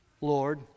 Lord